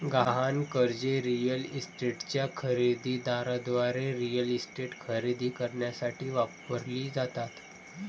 गहाण कर्जे रिअल इस्टेटच्या खरेदी दाराद्वारे रिअल इस्टेट खरेदी करण्यासाठी वापरली जातात